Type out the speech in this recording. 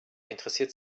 interessiert